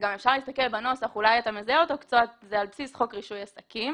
אפשר להסתכל בנוסח ואולי אתה מזהה אותו שזה על בסיס חוק רישוי עסקים